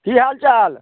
कि हालचाल